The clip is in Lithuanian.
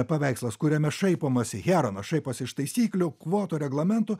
paveikslas kuriame šaipomasi heronas šaiposi iš taisyklių kvotų reglamentų